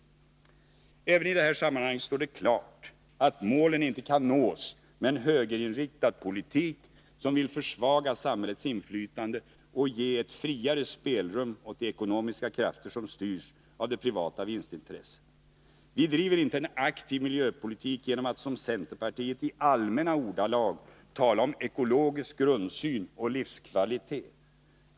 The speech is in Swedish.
Även i detta sammanhang står det klart att målen inte kan nås med en högerinriktad politik, som vill försvaga samhällets inflytande och ge ett friare spelrum åt de ekonomiska krafter som styrs av det privata vinstintresset. Vi driver inte en aktiv miljöpolitik genom att som centerpartiet i allmänna ordalag tala om ekologisk grundsyn och livskvalitet.